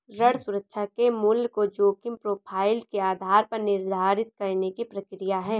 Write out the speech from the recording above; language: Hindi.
ऋण सुरक्षा के मूल्य को जोखिम प्रोफ़ाइल के आधार पर निर्धारित करने की प्रक्रिया है